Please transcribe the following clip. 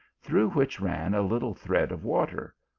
through which ran a little thread of water,